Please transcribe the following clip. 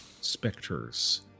specters